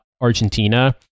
Argentina